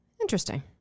Interesting